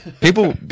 People